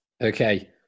okay